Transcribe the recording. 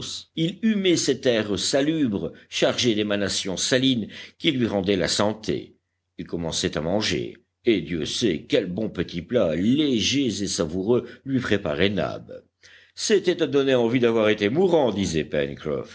il humait cet air salubre chargé d'émanations salines qui lui rendait la santé il commençait à manger et dieu sait quels bons petits plats légers et savoureux lui préparait nab c'était à donner envie d'avoir été mourant disait